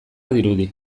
dirudi